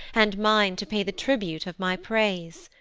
and mine to pay the tribute of my praise.